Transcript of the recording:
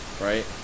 Right